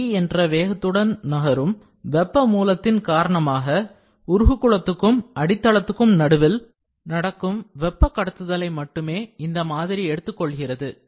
V என்ற வேகத்துடன் நகரும் வெப்ப மூலத்தின் காரணமாகஉருகும் குளத்துக்கும் அடித் தளத்துக்கும் நடுவில் நடக்கும் வெப்ப கடத்துதலை மட்டுமே இந்த மாதிரி எடுத்துக்கொள்கிறது